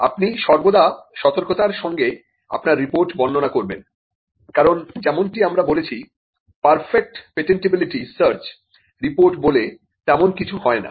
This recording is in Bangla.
আপনি সর্বদা সতর্কতার সঙ্গে আপনার রিপোর্ট বর্ণনা করবেন কারণ যেমনটি আমরা বলেছি পারফেক্ট পেটেন্টিবিলিটি সার্চ রিপোর্ট বলে তেমন কিছু হয় না